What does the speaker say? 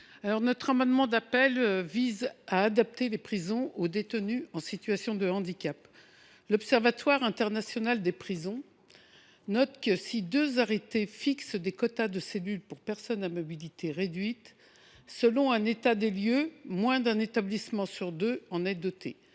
Cet amendement d’appel vise à adapter les prisons aux détenus en situation de handicap. L’Observatoire international des prisons (OIP) note que si deux arrêtés fixent des quotas de cellules pour personnes à mobilité réduite, selon un état des lieux, moins d’un établissement sur deux en est doté.